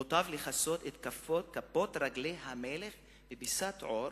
מוטב לכסות את כפות רגלי המלך בפיסת עור,